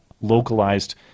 localized